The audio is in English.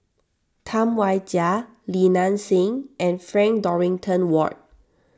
Tam Wai Jia Li Nanxing and Frank Dorrington Ward